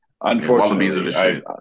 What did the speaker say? Unfortunately